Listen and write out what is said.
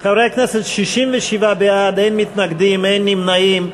חברי הכנסת, 67 בעד, אין מתנגדים, אין נמנעים.